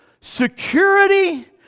security